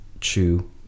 chew